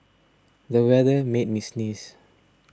the weather made me sneeze